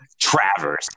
Travers